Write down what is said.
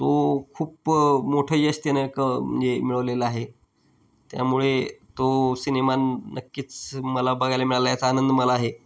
तो खूप मोठं यश त्यानं क म्हणजे मिळवलेलं आहे त्यामुळे तो सिनेमान नक्कीच मला बघायला मिळाला याचा आनंद मला आहे